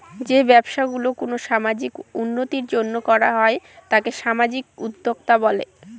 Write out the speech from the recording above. যে ব্যবসা গুলো কোনো সামাজিক উন্নতির জন্য করা হয় তাকে সামাজিক উদ্যক্তা বলে